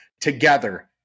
Together